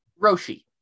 Roshi